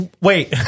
Wait